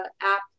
app